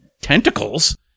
tentacles